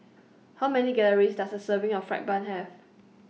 How Many Calories Does A Serving of Fried Bun Have